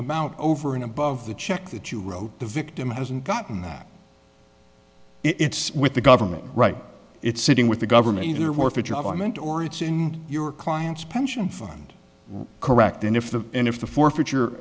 amount over and above the check that you wrote the victim hasn't gotten that it's with the government right it's sitting with the government you're worth a job i meant or it's in your client's pension fund correct and if the end if the forfeit